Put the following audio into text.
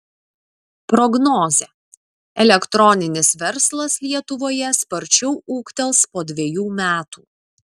prognozė elektroninis verslas lietuvoje sparčiau ūgtels po dvejų metų